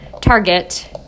Target